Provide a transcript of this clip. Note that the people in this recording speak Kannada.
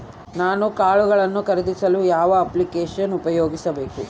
ನಾನು ಕಾಳುಗಳನ್ನು ಖರೇದಿಸಲು ಯಾವ ಅಪ್ಲಿಕೇಶನ್ ಉಪಯೋಗಿಸಬೇಕು?